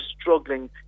struggling